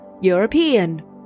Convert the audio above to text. European